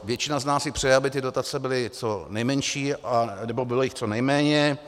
Většina z nás si přeje, aby ty dotace byly co nejmenší anebo jich bylo co nejméně.